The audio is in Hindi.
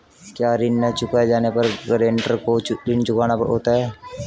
क्या ऋण न चुकाए जाने पर गरेंटर को ऋण चुकाना होता है?